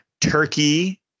turkey